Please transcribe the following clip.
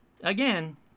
again